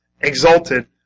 exalted